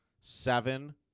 seven